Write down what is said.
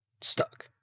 stuck